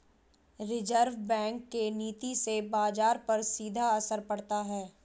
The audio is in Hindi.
रिज़र्व बैंक के नीति से बाजार पर सीधा असर पड़ता है